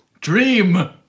dream